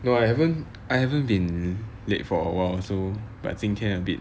no I haven't I haven't been late for awhile so but 今天 a bit